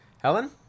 Helen